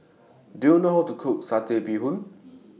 Do YOU know How to Cook Satay Bee Hoon